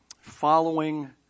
Following